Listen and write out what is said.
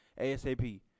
ASAP